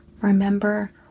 Remember